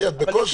סליחה, אדוני.